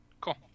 Cool